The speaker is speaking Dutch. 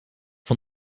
van